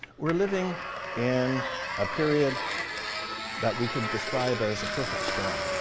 we're living in a period that we could describe as a perfect storm.